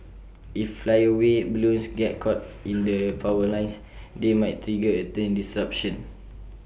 if flyaway balloons get caught in the power lines they might trigger A train disruption